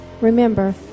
Remember